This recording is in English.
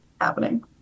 happening